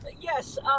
Yes